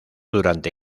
durante